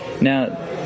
Now